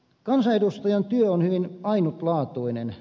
kansanedustajan työ on hyvin ainutlaatuinen